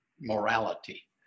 morality